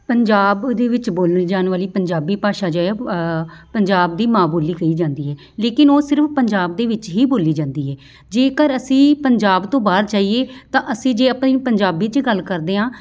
ਪੰਜਾਬ ਉਹਦੇ ਵਿੱਚ ਬੋਲੀ ਜਾਣ ਵਾਲੀ ਪੰਜਾਬੀ ਭਾਸ਼ਾ ਜੋ ਹੈ ਪੰਜਾਬ ਦੀ ਮਾਂ ਬੋਲੀ ਕਹੀ ਜਾਂਦੀ ਹੈ ਲੇਕਿਨ ਉਹ ਸਿਰਫ ਪੰਜਾਬ ਦੇ ਵਿੱਚ ਹੀ ਬੋਲੀ ਜਾਂਦੀ ਹੈ ਜੇਕਰ ਅਸੀਂ ਪੰਜਾਬ ਤੋਂ ਬਾਹਰ ਜਾਈਏ ਤਾਂ ਅਸੀਂ ਜੇ ਆਪਣੀ ਪੰਜਾਬੀ 'ਚ ਗੱਲ ਕਰਦੇ ਹਾਂ